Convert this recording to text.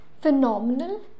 phenomenal